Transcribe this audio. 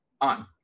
on